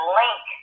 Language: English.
link